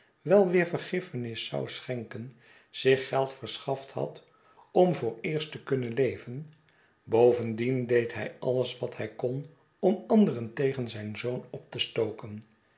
wel weer vergiffenis zou schenken zich geld verschaft had om vooreerst te kunnen leven bovendien deed hij alles wat hij kon om anderen tegen zijn zoon op te stoken